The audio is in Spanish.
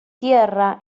tierra